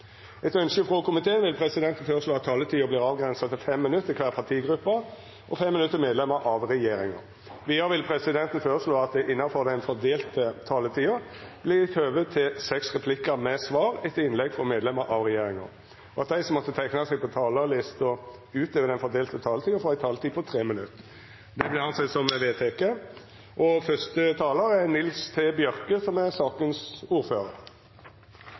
Etter ønske fra næringskomiteen vil presidenten foreslå at taletiden blir begrenset til 5 minutter til hver partigruppe og 5 minutter til medlemmer av regjeringen. Videre vil presidenten foreslå at det – innenfor den fordelte taletid – blir gitt anledning til seks replikker med svar etter innlegg fra medlemmer av regjeringen, og at de som måtte tegne seg på talerlisten utover den fordelte taletid, får en taletid på inntil 3 minutter. – Det anses vedtatt. Saken omhandler, som det ble sagt, Prop. 100 L for 2017–2018, endringer i aksjelovgivningen mv. – oppløsning og